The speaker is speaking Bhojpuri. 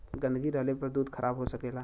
गन्दगी रहले पर दूध खराब हो सकेला